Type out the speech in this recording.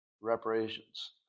Reparations